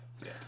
Yes